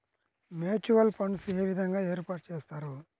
Mutual funds ఏ విధంగా ఏర్పాటు చేస్తారు?